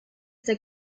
der